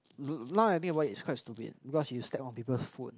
now I think about it it's quite stupid because you step on people's phone